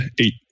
eight